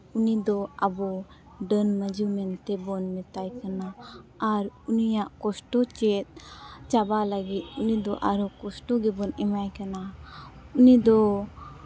ᱩᱱᱤᱫᱚ ᱟᱵᱚ ᱰᱟᱹᱱ ᱢᱟᱹᱭᱡᱩ ᱢᱮᱱᱛᱮᱵᱚᱱ ᱢᱮᱛᱟᱭ ᱠᱟᱱᱟ ᱟᱨ ᱩᱱᱤᱭᱟᱜ ᱠᱚᱥᱴᱚ ᱪᱮᱫ ᱪᱟᱵᱟ ᱞᱟᱹᱜᱤᱫ ᱩᱱᱤᱫᱚ ᱟᱨᱚ ᱠᱚᱥᱴᱚ ᱜᱮᱵᱚᱱ ᱮᱢᱟᱭ ᱠᱟᱱᱟ ᱩᱱᱤᱫᱚ